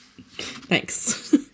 Thanks